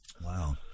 Wow